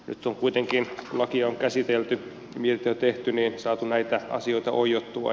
nyt on kuitenkin kun lakia on käsitelty ja mietintö tehty saatu näitä asioita oiottua